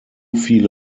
viele